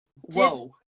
Whoa